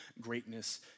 greatness